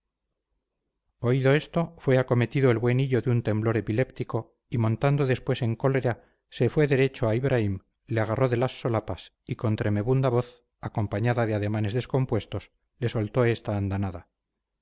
oído esto fue acometido el buen hillo de un temblor epiléptico y montando después en cólera se fue derecho a ibraim le agarró de las solapas y con tremebunda voz acompañada de ademanes descompuestos le soltó esta andanada